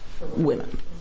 women